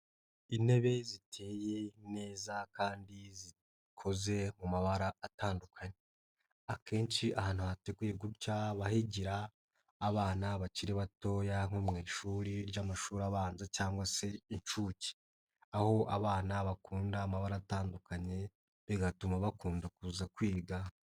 Intebe ziteye neza kandi zikoze mu mabara atandukanye, akenshi ahantu hateguye gutya haba higira abana bakiri batoya nko mu ishuri ry'amashuri abanza cyangwa se inshuke, aho abana bakunda amabara atandukanye bigatuma bakunda kuza kwiga.